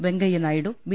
Venkaiah Naidu B